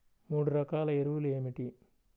మూడు రకాల ఎరువులు ఏమిటి?